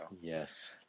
Yes